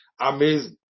Amazing